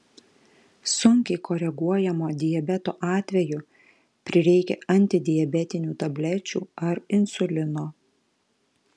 sunkiai koreguojamo diabeto atveju prireikia antidiabetinių tablečių ar insulino